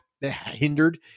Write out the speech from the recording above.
hindered